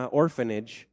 orphanage